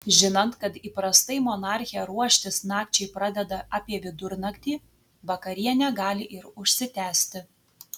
žinant kad įprastai monarchė ruoštis nakčiai pradeda apie vidurnaktį vakarienė gali ir užsitęsti